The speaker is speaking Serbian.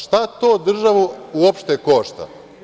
Šta to državu uopšte košta?